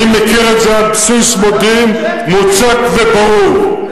אני מכיר את זה על בסיס מודיעין מוצק וברור.